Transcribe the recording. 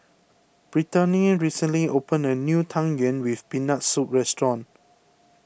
Brittaney recently opened a new Tang Yuen with Peanut Soup restaurant